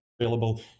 available